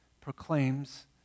proclaims